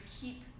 keep